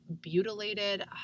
butylated